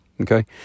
Okay